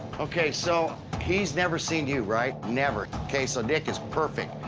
ok, so he's never seen you, right? never. ok, so nick is perfect.